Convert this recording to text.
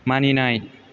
मानिनाय